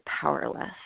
powerless